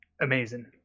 amazing